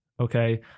Okay